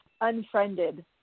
unfriended